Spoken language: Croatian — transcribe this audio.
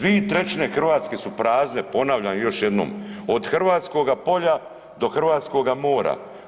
2/3 Hrvatske su prazne, ponavljam još jednom, od hrvatskoga polja do hrvatskoga mora.